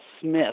Smith